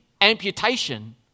amputation